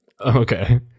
okay